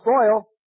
soil